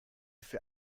für